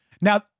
Now